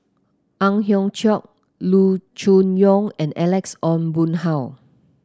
Ang Hiong Chiok Loo Choon Yong and Alex Ong Boon Hau